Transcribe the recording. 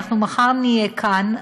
אנחנו מחר נהיה כאן,